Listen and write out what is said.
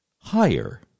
Higher